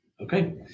Okay